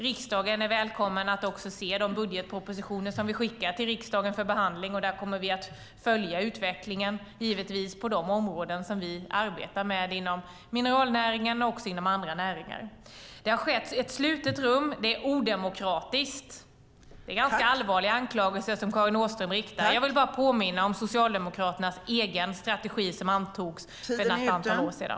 Riksdagen är välkommen att se de budgetpropositioner som vi skickar till riksdagen för behandling. Vi kommer givetvis att följa utvecklingen på de områden som vi arbetar med inom mineralnäringen men också inom andra näringar. Det har skett i ett slutet rum, och det är odemokratiskt - det är ganska allvarliga anklagelser som Karin Åström riktar. Jag vill bara påminna om Socialdemokraternas egen strategi som antogs för ett antal år sedan.